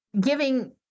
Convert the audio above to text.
giving